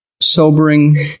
sobering